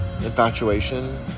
Infatuation